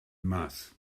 mas